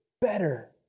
better